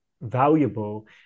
valuable